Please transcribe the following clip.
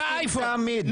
יש ראי באייפון.